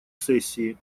сессии